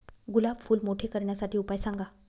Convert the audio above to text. गुलाब फूल मोठे करण्यासाठी उपाय सांगा?